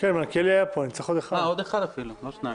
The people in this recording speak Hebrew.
לא שניים.